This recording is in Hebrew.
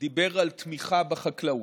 דיבר על תמיכה בחקלאות.